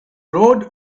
rode